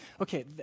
okay